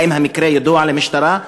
האם המקרה ידוע למשטרה?